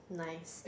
nice